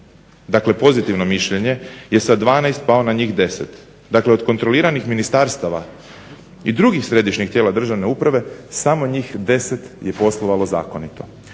dakle pozitivno mišljenje je sa 12 pao na njih 10. Dakle, od kontroliranih ministarstava i drugih središnjih tijela državne uprave samo njih 10 je poslovalo zakonito.